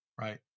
Right